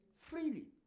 Freely